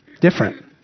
different